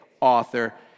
author